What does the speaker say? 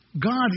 God